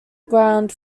ground